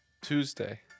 Tuesday